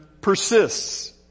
Persists